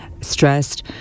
stressed